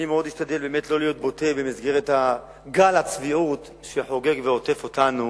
אני מאוד אשתדל באמת לא להיות בוטה במסגרת גל הצביעות שחוגג ועוטף אותנו